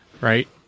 right